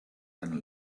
and